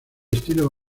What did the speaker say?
estilo